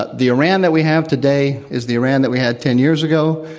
ah the iran that we have today is the iran that we had ten years ago.